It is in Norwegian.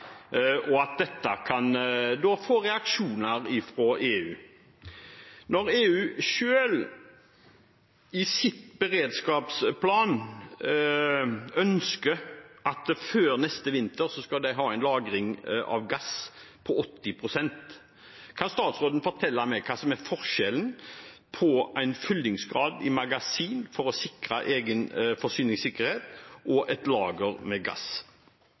og at man kan få reaksjoner fra EU. Når EU selv i sin beredskapsplan ønsker at før neste vinter skal de ha et lager med gass på 80 pst., kan statsråden fortelle meg hva som er forskjellen på en fyllingsgrad i magasinene for å sikre egen forsyningssikkerhet og et lager med gass?